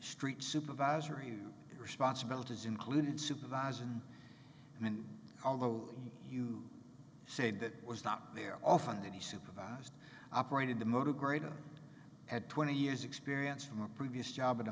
street supervisory responsibilities included supervising and although you say that was not there often that he supervised operated the motor grader at twenty years experience from a previous job